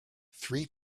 three